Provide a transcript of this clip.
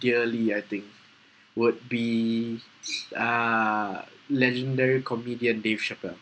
dearly I think would be uh legendary comedian dave chappelle